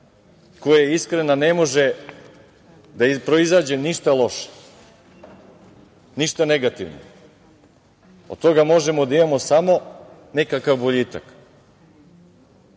koja je iskrena ne može da proizađe ništa loše, ništa negativno. Od toga možemo da imamo samo nekakav boljitak.